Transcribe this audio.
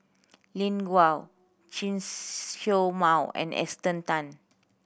Lin Gao Chen Show Mao and Esther Tan